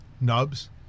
Nubs